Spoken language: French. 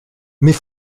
mais